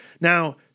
Now